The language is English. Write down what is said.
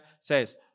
says